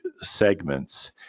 segments